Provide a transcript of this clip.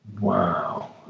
Wow